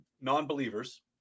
non-believers